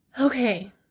Okay